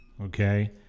okay